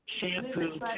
shampoo